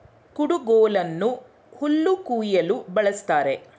ಕುಡುಗೋಲನ್ನು ಹುಲ್ಲು ಕುಯ್ಯಲು ಬಳ್ಸತ್ತರೆ